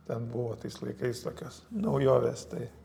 ten buvo tais laikais tokios naujovės tai